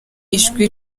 ijwi